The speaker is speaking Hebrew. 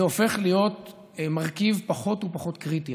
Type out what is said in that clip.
זה הופך להיות מרכיב פחות ופחות קריטי.